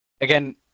Again